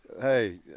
Hey